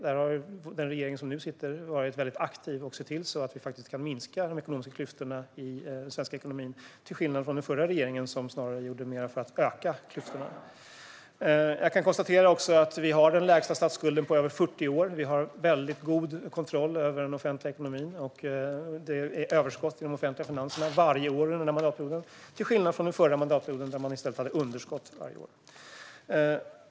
Där har den regering som nu sitter varit väldigt aktiv och sett till att vi kan minska de ekonomiska klyftorna i den svenska ekonomin, till skillnad från den förra regeringen, som snarare gjorde mer för att öka klyftorna. Jag kan också konstatera att vi har den lägsta statsskulden på över 40 år. Vi har väldigt god kontroll över den offentliga ekonomin. Det har varit överskott i de offentliga finanserna varje år under den här mandatperioden, till skillnad från den förra mandatperioden, då man i stället hade underskott varje år.